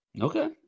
Okay